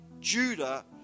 Judah